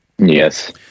Yes